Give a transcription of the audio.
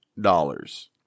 dollars